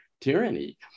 tyranny